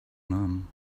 none